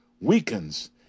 weakens